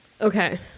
Okay